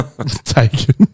Taken